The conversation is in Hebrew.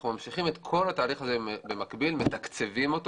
אנחנו ממשיכים את כל התהליך הזה במקביל וגם מתקצבים אותו